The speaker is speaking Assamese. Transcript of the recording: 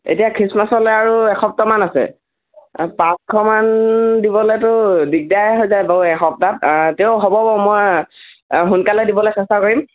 এতিয়া খ্ৰীষ্টমাছলৈ আৰু এসপ্তাহমান আছে আৰু পাঁচশমান দিবলৈতো দিগদাৰেই হৈ যায় বাৰু এসপ্তাহ তেও হ'ব বাৰু মই সোনকালে দিবলৈ চেষ্টা কৰিম